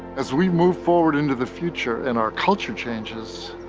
as we move forward into the future and our culture changes,